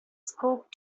scope